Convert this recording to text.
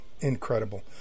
Incredible